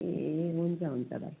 ए हुन्छ हुन्छ भाइ